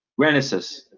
Renesis